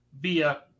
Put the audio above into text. via